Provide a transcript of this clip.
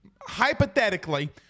hypothetically